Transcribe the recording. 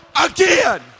again